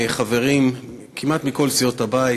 חברים כמעט מכל סיעות הבית,